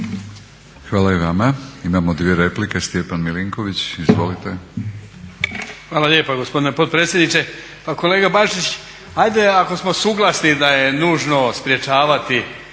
Hvala i vama. Imamo dvije replike. Stjepan Milinković, izvolite. **Milinković, Stjepan (HDZ)** Hvala lijepa gospodine potpredsjedniče. Pa kolega Bačić, hajde ako smo suglasni da je nužno sprječavati